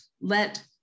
let